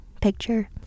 picture